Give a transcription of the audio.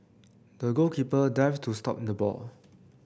the goalkeeper dived to stop the ball